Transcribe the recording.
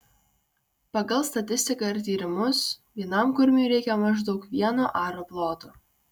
pagal statistiką ir tyrimus vienam kurmiui reikia maždaug vieno aro ploto